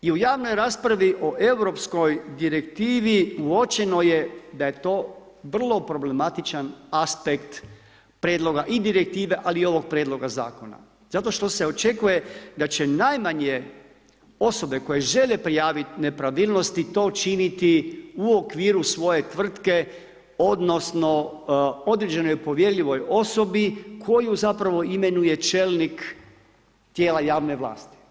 I u javnoj raspravi o Europskoj direktivi uočeno je da je to vrlo problematičan aspekt prijedloga i direktive ali i ovog prijedloga zakona zato što se očekuje da će najmanje osobe koje žele prijaviti nepravilnosti to učiniti u okviru svoje tvrtke odnosno određenoj povjerljivoj osobi koju zapravo imenuje čelnik tijela javne vlasti.